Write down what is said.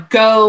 go